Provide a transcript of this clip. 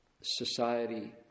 society